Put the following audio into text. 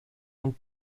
und